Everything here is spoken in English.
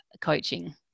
coaching